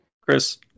chris